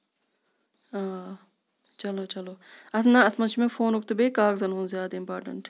آ چلو چلو نہ اَتھ منٛز چھُ مےٚ فونُک تہٕ بیٚیہِ کاغزَن ہُنٛد زیادٕ امپارٹنٹ